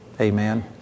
Amen